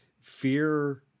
fear